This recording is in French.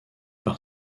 par